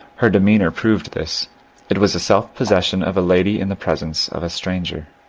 her demeanour proved this it was the self-possession of a lady in the presence of a stranger.